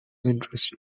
interest